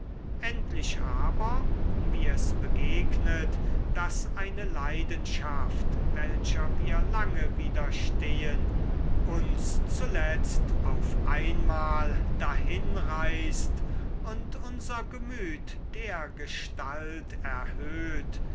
endlich aber wie es begegnet daß eine leidenschaft welcher wir lange widerstehen uns zuletzt auf einmal dahinreißt und unser gemüt dergestalt erhöht